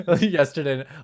Yesterday